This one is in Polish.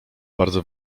bardzo